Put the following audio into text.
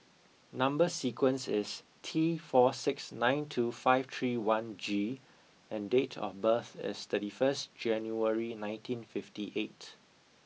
number sequence is T four six nine two five three one G and date of birth is thirty first January nineteen fifty eight